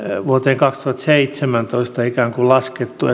vuoteen kaksituhattaseitsemäntoista laskettu